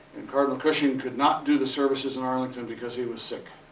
and cardinal cushing could not do the services in arlington because he was sick.